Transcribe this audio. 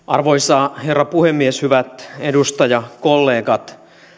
arvoisa herra puhemies hyvät edustajakollegat